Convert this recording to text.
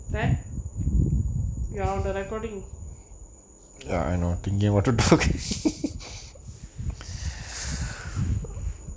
then you are on the recording